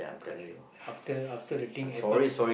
correct after after the thing happen